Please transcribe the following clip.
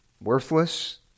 worthless